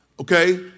okay